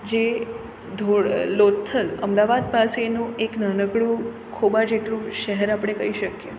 જે લોથલ અમદાવાદ પાસેનું એક નાનકડું ખોબા જેટલું શહેર આપણે કહી શકીએ